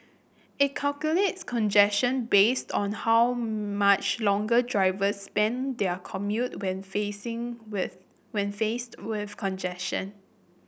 it calculates congestion based on how much longer drivers spend their commute when facing with when faced with congestion